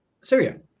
Syria